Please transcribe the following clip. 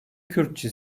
kürtçe